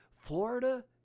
Florida